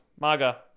MAGA